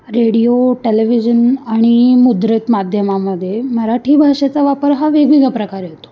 radio television आणि मुद्रित माध्यमामध्ये मराठी भाषेचा वापर हा वेगवेगळ्या प्रकारे होतो